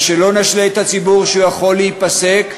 ושלא נשלה את הציבור שהם יכולים להיפסק,